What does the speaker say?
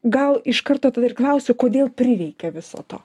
gal iš karto tada ir klausiu kodėl prireikė viso to